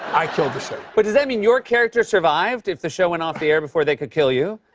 i killed the show. but does that mean your character survived if the show went off the air before they could kill you?